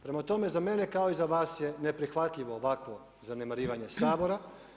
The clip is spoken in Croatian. Prema tome, za mene kao i za vas je neprihvatljivo ovakvo zanemarivanje Sabora.